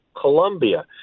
Colombia